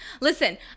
listen